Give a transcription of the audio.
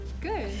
good